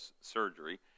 surgery